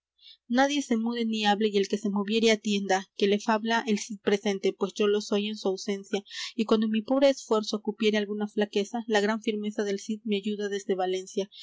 nadie se mude ni hable y el que se moviere atienda que le fabla el cid presente pues yo lo soy en su ausencia y cuando en mi pobre esfuerzo cupiere alguna flaqueza la gran firmeza del cid me ayuda desde valencia